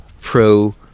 pro